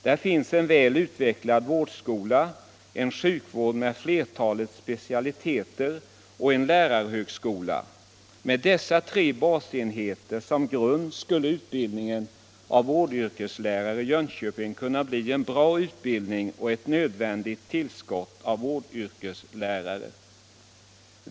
Där finns en väl utvecklad vårdskola. en sjukvård med flertalet specialiteter och en lärarhögskola. Med dessa tre basenheter som grund skulle utbildningen av vårdyrkeslärare i Jönköping kunna bli en bra utbildning och ge ett nödvändigt tillskott av vårdyrkeslärare.